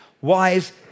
wise